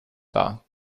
dar